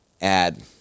add